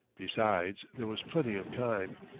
besides, there was plenty of time.